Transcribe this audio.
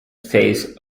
phase